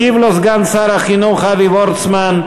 השיב לו סגן שר החינוך אבי וורצמן,